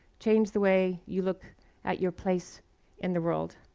change the way you look at your place in the world.